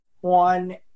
one